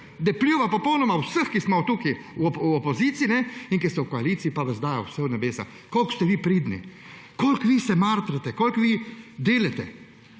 da pljuva popolnoma po vseh, ki smo tukaj v opoziciji, ker ste v koaliciji pa vas daje vse v nebesa. Koliko ste vi pridni, koliko se vi matrate, koliko vi delate!